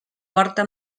porta